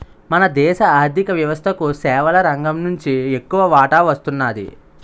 మన దేశ ఆర్ధిక వ్యవస్థకు సేవల రంగం నుంచి ఎక్కువ వాటా వస్తున్నది